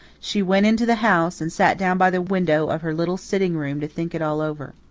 she went into the house and sat down by the window of her little sitting-room to think it all over.